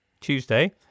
Tuesday